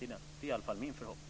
Det är i alla fall min förhoppning.